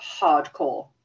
hardcore